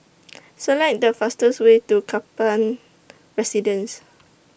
Select The fastest Way to Kaplan Residence